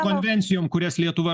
konvencijom kurias lietuva